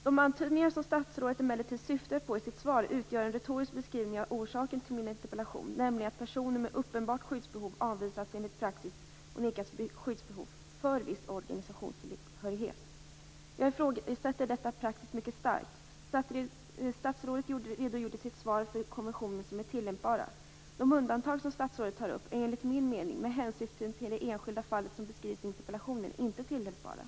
De antydningar som statsrådet emellertid gör i sitt svar utgör en retorisk beskrivning av orsaken till min interpellation, nämligen att personer med uppenbart skyddsbehov avvisats enligt praxis om nekat skyddsbehov för viss organisationstillhörighet. Jag ifrågasätter denna praxis mycket starkt. Statsrådet redogjorde i sitt svar för de konventioner som är tillämpbara. De undantag som statsrådet tar upp är enligt min mening, med hänsyftning till det enskilda fall som beskrivs i interpellationen, inte tillämpbara.